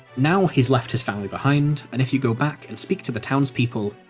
now, he's left his family behind, and if you go back and speak to the townspeople,